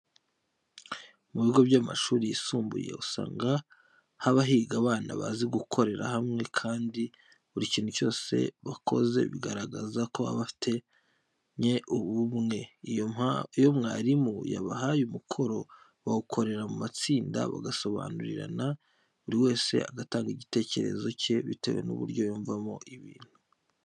Mu bigo by'amashuri yisumbuye usanga haba higa abana bazi gukorera hamwe kandi buri kintu cyose bakoze kigaragaza ko baba bafitanye ubumwe. Iyo mwarimu yabahaye umukoro bawukorera mu matsinda, bagasobanurirana buri wese agatanga igiketekezo cye bitewe n'uburyo yumvamo ibintu.